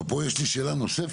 אבל פה יש לי שאלה נוספת.